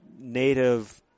native